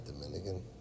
Dominican